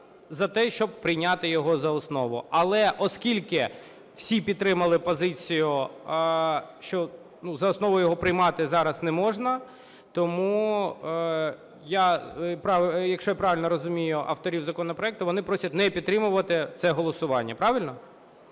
за те, щоб прийняти його за основу. Але оскільки всі підтримали позицію, що за основу його приймати зараз не можна, тому я… якщо я правильно розумію авторів законопроекту, вони просять не підтримувати це голосування. Правильно?